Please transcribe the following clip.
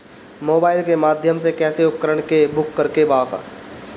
Mobile के माध्यम से कैसे उपकरण के बुक करेके बा?